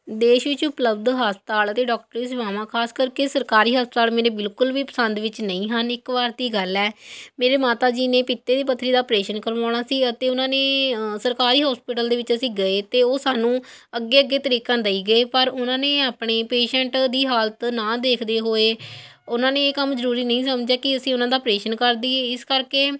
ਦੇਸ਼ ਵਿੱਚ ਉਪਲਬਧ ਹਸਪਤਾਲ ਅਤੇ ਡੋਕਟਰੀ ਸੇਵਾਵਾਂ ਖਾਸ ਕਰਕੇ ਸਰਕਾਰੀ ਹਸਪਤਾਲ ਮੇਰੇ ਬਿਲਕੁਲ ਵੀ ਪਸੰਦ ਵਿੱਚ ਨਹੀਂ ਹਨ ਇੱਕ ਵਾਰ ਦੀ ਗੱਲ ਹੈ ਮੇਰੇ ਮਾਤਾ ਜੀ ਨੇ ਪਿੱਤੇ ਦੀ ਪਥਰੀ ਦਾ ਓਪਰੇਸ਼ਨ ਕਰਵਾਉਣਾ ਸੀ ਅਤੇ ਉਹਨਾਂ ਨੇ ਸਰਕਾਰੀ ਹੋਸਪੀਟਲ ਦੇ ਵਿੱਚ ਅਸੀਂ ਗਏ ਅਤੇ ਉਹ ਸਾਨੂੰ ਅੱਗੇ ਅੱਗੇ ਤਰੀਕਾਂ ਦਈ ਗਏ ਪਰ ਉਹਨਾਂ ਨੇ ਆਪਣੇ ਪੇਸ਼ੈਟ ਦੀ ਹਾਲਤ ਨਾ ਦੇਖਦੇ ਹੋਏ ਉਹਨਾਂ ਨੇ ਇਹ ਕੰਮ ਜ਼ਰੂਰੀ ਨਹੀਂ ਸਮਝਿਆ ਕਿ ਅਸੀਂ ਉਹਨਾਂ ਦਾ ਓਪਰੇਸ਼ਨ ਕਰ ਦਈਏ ਇਸ ਕਰਕੇ